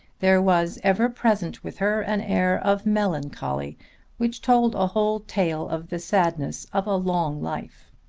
there was ever present with her an air of melancholy which told a whole tale of the sadness of a long life.